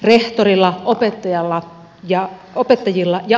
rehtorilla opettajilla ja oppilailla